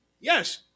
Yes